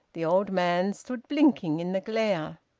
the old man stood blinking in the glare.